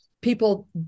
people